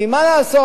כי מה לעשות,